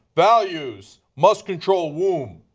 values, must control womb,